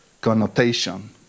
connotation